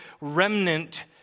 remnant